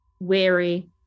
Weary